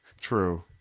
True